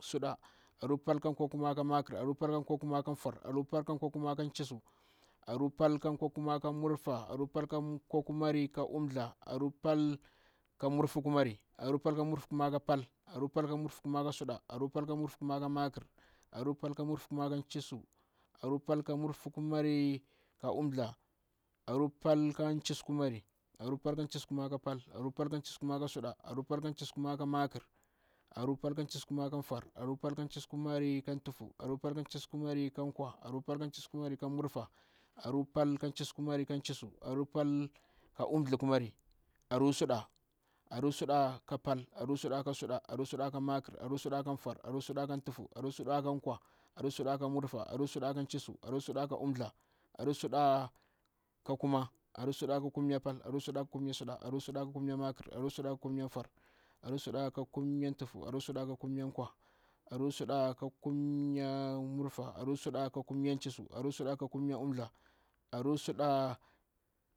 Aruu pal ka chiissuww kumari ka mmurfa, aruu pal ka chiissuuw kumari ka umthdla; aruu pal ka murfu kumari, aruu pal ka mmurfu kummari ka pal, aruu pal ka mmurfu kummari ka suɗa, aruu pal ka mmurfu kummari ka makr, aruu pal ka mmurfu kummari ka foar, aruu pal ka mmurfu kummari ka tuhfu, aruu pal ka mmurfu kummari ka nkwa, aruu pal ka mmurfu kummari ka mmurfah, aruu pal ka mmurfu kummari ka chiissuuw, aruu pal ka mmurfu kummari ka umthdla. Aruu pal ka chiissuuww, aruu pal ka chiissuuww kumari ka pal, aruu pal ka chiissuuww kumari ka suɗa, aruu pal ka chiissuuww kumari ka makr, aruu pal ka chiissuuww kumari ka foar, aruu pal ka chiissuuww kumari ka tuhfu, aruu pal ka chiissuuww kumari ka nkwa, aruu pal ka chiissuuww kumari ka mmurfah, aruu pal ka chiissuuww kumari ka chiissuuw, aruu pal ka umthdla kummari, aruu pal ka umthlda kummari ka pal, aruu pal ka umthlda kummari ka suɗa, aruu pal ka umthlda kummari ka makr, aruu pal ka umthlda kummari ka foar, aruu pal ka umthlda kummari ka tuhfu, aruu pal ka umthlda kummari ka nkwa, aruu pal ka umthlda kummari ka mmurfah, aruu pal ka umthlda kummari ka chiissuuww, aruu pal ka umthlda kummari ka umthdla. Aruu suɗa, aruu suɗa ka pal, aruu suɗa ka suɗa, aruu suɗa ka makr, aruu suɗa ka foar, aruu suɗa ka tuhfu, aruu suɗa ka nkwa, aruu suɗa ka mmurfah, aruu suɗa ka chiissuuw, aruu suɗa ka umthdla, aruu suɗa ka kuma, aruu suɗa ka kimkatang, aruu suɗa ka kumnya suɗa, aruu suɗa ka makr, aruu suɗa ka kummya foar, aruu suɗa ka tuhfu, aruu suɗa kummya nkwa, aruu suɗa ka kummya mmurfah, aruu suɗa ka kummya chissuuw, aruu suɗa ka umthdla, aruu suɗa kummari.